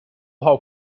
how